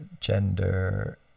gender